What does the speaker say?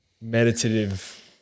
meditative